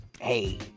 hey